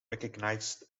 recognized